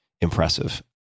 impressive